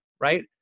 Right